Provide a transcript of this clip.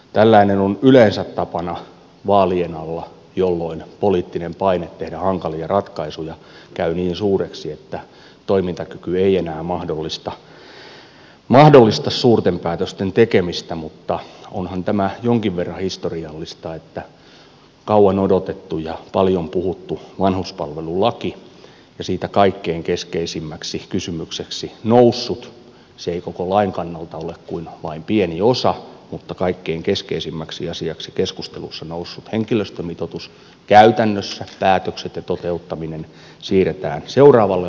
tällainen on yleensä tapana vaalien alla jolloin poliittinen paine tehdä hankalia ratkaisuja käy niin suureksi että toimintakyky ei enää mahdollista suurten päätösten tekemistä mutta onhan tämä jonkin verran historiallista että kauan odotetun ja paljon puhutun vanhuspalvelulain ja siinä kaikkein keskeisimmäksi asiaksi keskustelussa nousseen henkilöstömitoituksen se ei koko lain kannalta ole kuin vain pieni osa mutta kaikkein keskeisimmäksi asiaksi keskustelussa noussut henkilöstömitoitus käytännössä päätökset ja toteuttaminen käytännössä siirretään seuraavalle hallitukselle